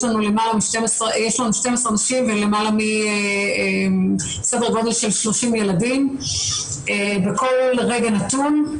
יש לנו 12 נשים וסדר גודל של 30 ילדים בכל רגע נתון,